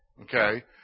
okay